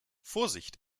vorsicht